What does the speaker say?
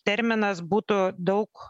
terminas būtų daug